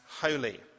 holy